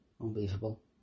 unbelievable